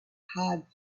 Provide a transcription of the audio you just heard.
hard